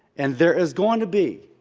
and there is going to be,